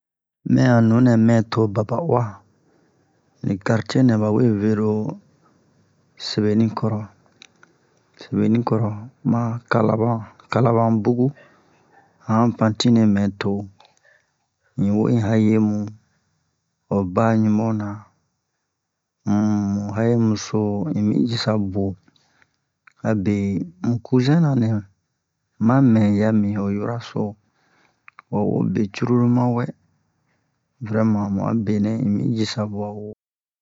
Mɛ'a nunɛ mɛ to baba'uwa ni kartiye nɛ bawe vero sebenicoro ma kalaban kalaban bu'u a han pantine mɛ to in wo un hayemu ho ba ɲubona um hayemu so un mi jisa buwo abe un cuzin na nɛ ma mɛya mi ho yoroso wa wo be cururu ma wɛ mu bɛrɛ mu'a benɛ un mi jisa buwa wo